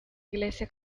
iglesia